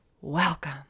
Welcome